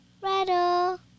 rattle